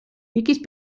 якісь